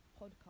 podcast